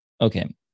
okay